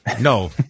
no